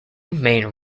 main